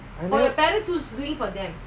I never